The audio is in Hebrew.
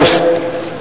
עספיא.